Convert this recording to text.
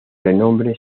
renombre